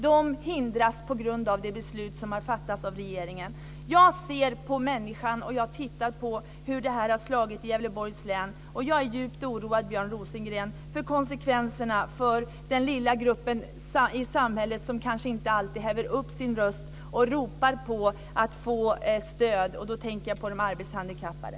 De hindras på grund av det beslut som har fattats av regeringen. Jag ser på människan och på hur det här har slagit i Gävleborgs län, och jag är djupt oroad, Björn Rosengren, för konsekvenserna för den lilla grupp i samhället som kanske inte alltid häver upp sin röst och ropar på stöd. Jag tänker då på de arbetshandikappade.